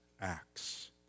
acts